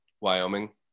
Wyoming